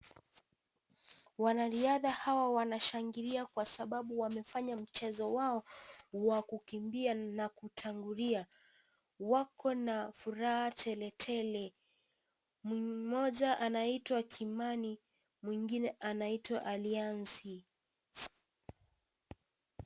Wanariadha hawa wanashangilia kwasababu wamefanya mchezo wao wa kukimbia na kutangulia. Wako na furaha tele tele. Mmoja anaitwa Kimani, mwingine anaitwa Alianzi.